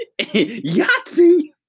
Yahtzee